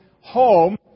home